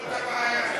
זאת הבעיה,